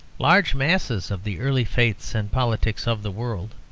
large masses of the early faiths and politics of the world,